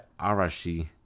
Arashi